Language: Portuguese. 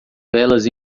velas